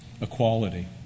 equality